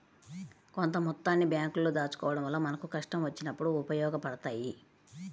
కొంత మొత్తాన్ని బ్యేంకుల్లో దాచుకోడం వల్ల మనకు కష్టం వచ్చినప్పుడు ఉపయోగపడతయ్యి